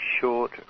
short